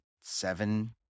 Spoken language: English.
seven